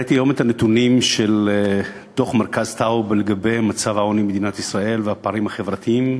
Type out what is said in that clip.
ראיתי היום את הנתונים של דוח טאוב לגבי העוני והפערים החברתיים